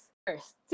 first